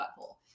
butthole